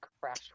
crash